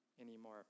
anymore